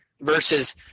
versus